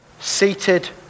seated